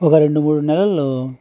ఒక రెండు మూడు నెలల్లో